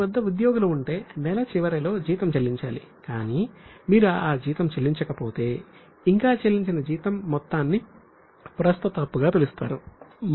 మీ వద్ద ఉద్యోగులు ఉంటే నెల చివరిలో జీతం చెల్లించాలి కానీ మీరు ఆ జీతం చెల్లించకపోతే ఇంకా చెల్లించని జీతం మొత్తాన్ని ప్రస్తుత అప్పుగా పిలుస్తారు